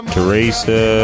Teresa